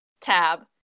tab